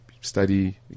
study